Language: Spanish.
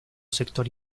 sector